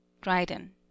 Dryden